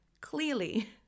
clearly